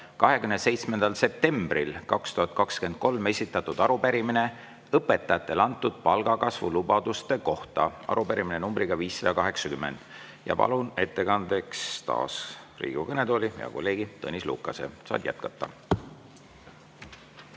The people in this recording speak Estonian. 27. septembril 2023 esitatud arupärimine õpetajatele antud palgakasvu lubaduste kohta, arupärimine numbriga 580. Ja palun ettekandeks taas Riigikogu kõnetooli hea kolleegi Tõnis Lukase. Saad jätkata.